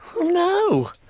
no